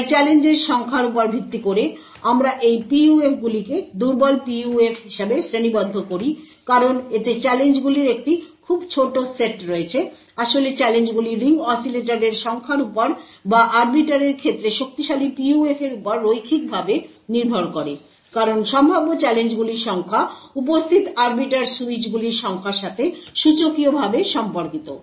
তাই চ্যালেঞ্জের সংখ্যার উপর ভিত্তি করে আমরা এই PUF গুলিকে দুর্বল PUF হিসাবে শ্রেণীবদ্ধ করি কারণ এতে চ্যালেঞ্জগুলির একটি খুব ছোট সেট রয়েছে আসলে চ্যালেঞ্জগুলি রিং অসিলেটরের সংখ্যার উপর বা আরবিটারের ক্ষেত্রে শক্তিশালী PUF এর উপর রৈখিকভাবে নির্ভর করে কারণ সম্ভাব্য চ্যালেঞ্জগুলির সংখ্যা উপস্থিত আরবিটার সুইচগুলির সংখ্যার সাথে সূচকীয়ভাবে সম্পর্কিত